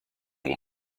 will